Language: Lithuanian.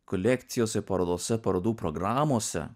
kolekcijose parodose parodų programose